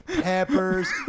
peppers